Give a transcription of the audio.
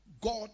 God